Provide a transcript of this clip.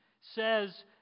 says